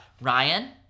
Ryan